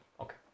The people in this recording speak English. Okay